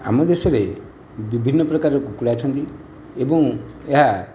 ଆମ ଦେଶରେ ବିଭିନ୍ନ ପ୍ରକାର କୁକୁଡ଼ା ଅଛନ୍ତି ଏବଂ ଏହା